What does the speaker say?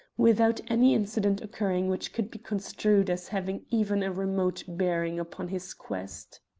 without any incident occurring which could be construed as having even a remote bearing upon his quest.